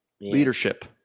Leadership